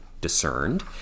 discerned